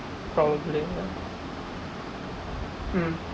probably ya mm